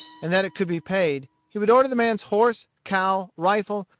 and that it could be paid, he would order the man's horse, cow, rifle,